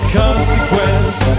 consequence